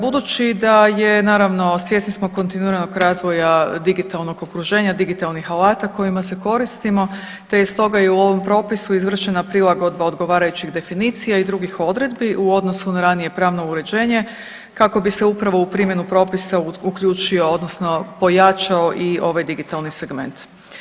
Budući da je naravno svjesni smo kontinuiranog razvoja digitalnog okruženja, digitalnih alata kojima se koristimo, te je stoga i u ovom propisu izvršena prilagodba odgovarajućih definicija i drugih odredbi u odnosu na ranije pravno uređenje kako bi se upravo u primjenu propisa uključio, odnosno pojačao i ovaj digitalni segment.